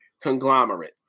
conglomerate